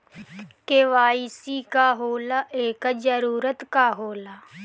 KYC का होला एकर जरूरत का होला?